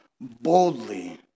boldly